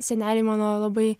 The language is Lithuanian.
seneliai mano labai